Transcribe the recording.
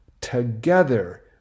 together